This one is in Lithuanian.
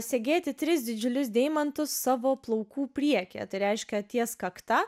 segėti tris didžiulius deimantus savo plaukų priekyje tai reiškia ties kakta